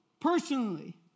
personally